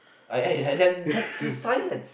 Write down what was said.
aye eh and then that's this silence